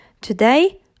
Today